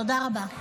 תודה רבה.